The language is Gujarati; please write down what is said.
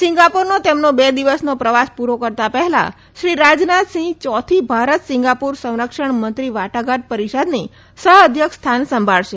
સિંગાપુરનો તેમનો બે દિવસનો પ્રવાસ પુરો કરતાં પહેલા શ્રી રાજનાથસિંહ ચોથી ભારત સિંગાપુર સંરક્ષણ મંત્રી વાટાઘાટ પરીષદની સહઅધ્યક્ષ સ્થાન સંભાળશે